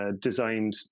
designed